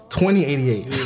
2088